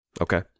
Okay